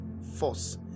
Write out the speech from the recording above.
force